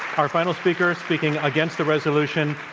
our final speaker, speaking against the resolution,